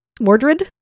Mordred